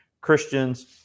Christians